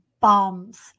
bombs